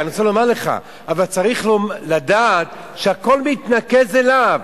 אני רוצה לומר לך: צריך לדעת שהכול מתנקז אליו.